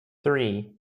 three